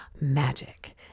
magic